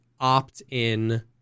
opt-in